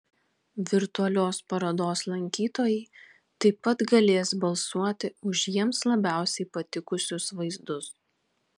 virtualios parodos lankytojai taip pat galės balsuoti už jiems labiausiai patikusius vaizdus